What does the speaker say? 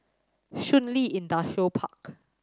Shun Li Industrial Park